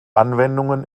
anwendungen